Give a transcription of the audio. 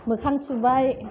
मोखां सुबाय